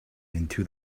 into